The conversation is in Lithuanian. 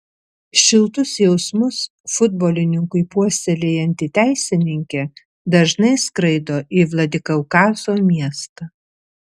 šiltus jausmus futbolininkui puoselėjanti teisininkė dažnai skraido į vladikaukazo miestą